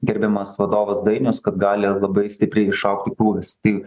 gerbiamas vadovas dainius kad gali labai stipriai išaugti krūvis tai